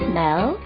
Smell